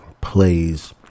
plays